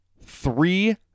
three